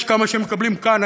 יש כמה שמקבלים כאן.